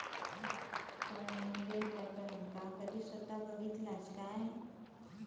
तुम्ही बेल रॅपरका कधी स्वता बघितलास काय?